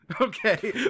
Okay